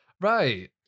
Right